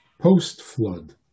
post-flood